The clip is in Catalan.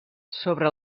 sobre